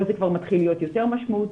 פה זה כבר מתחיל להיות יותר משמעותי.